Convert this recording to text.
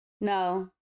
No